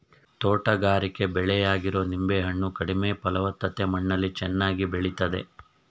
ತೋಟಗಾರಿಕೆ ಬೆಳೆಯಾಗಿರೊ ನಿಂಬೆ ಹಣ್ಣು ಕಡಿಮೆ ಫಲವತ್ತತೆ ಮಣ್ಣಲ್ಲಿ ಚೆನ್ನಾಗಿ ಬೆಳಿತದೆ